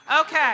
Okay